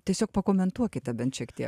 tiesiog pakomentuokite bent šiek tiek